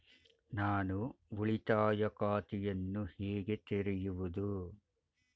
ನಾನು ಉಳಿತಾಯ ಖಾತೆಯನ್ನು ಹೇಗೆ ತೆರೆಯುವುದು?